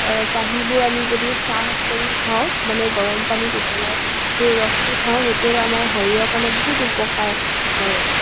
পাহিবোৰ যদি আমি চাহ কৰি খাওঁ মানে গৰম পানীত উতলাই সেই ৰসটো খাওঁ সেইটোৰে আমাৰ শৰীৰৰ কাৰণে বহুত উপকাৰ কৰে